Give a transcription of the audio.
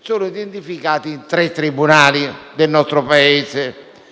è identificata in tre tribunali del nostro Paese: